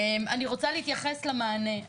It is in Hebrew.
אני רוצה להתייחס למענה.